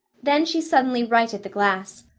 then she suddenly righted the glass.